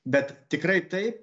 bet tikrai taip